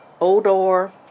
Odor